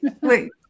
Wait